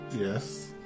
Yes